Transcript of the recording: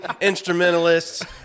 instrumentalists